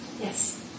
Yes